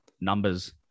numbers